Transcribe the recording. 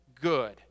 good